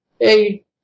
Hey